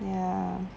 ya